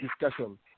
discussion